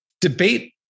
debate